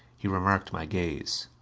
he remarked my gaze.